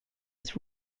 its